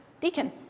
deacon